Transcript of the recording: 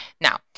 Now